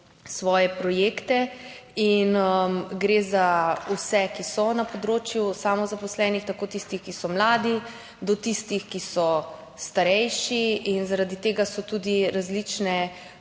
svoje projekte. Gre za vse, ki so na področju samozaposlenih, tako od tistih, ki so mladi, do tistih, ki so starejši. Zaradi tega so tudi različne